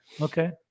okay